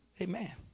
amen